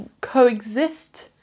coexist